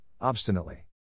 obstinately